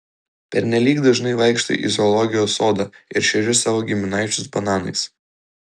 pernelyg dažnai vaikštai į zoologijos sodą ir šeri savo giminaičius bananais